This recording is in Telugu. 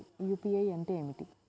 యూ.పీ.ఐ అంటే ఏమిటీ?